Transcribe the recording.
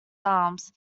arms